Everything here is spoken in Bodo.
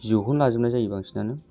जिय'खौनो लाजोबनाय जायो बांसिनानो